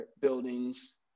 buildings